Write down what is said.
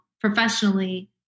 professionally